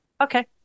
Okay